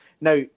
Now